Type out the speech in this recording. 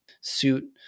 suit